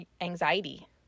anxiety